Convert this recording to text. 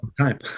time